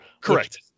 Correct